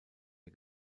der